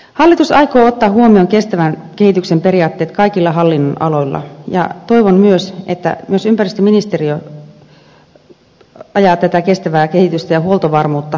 hallitus aikoo ottaa huomioon kestävän kehityksen periaatteet kaikilla hallinnonaloilla ja toivon myös että ympäristöministeriö ajaa tätä kestävää kehitystä ja huoltovarmuutta energiantuotannossa